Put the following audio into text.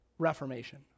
Reformation